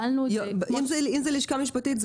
אם זאת לשכה משפטית,